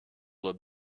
would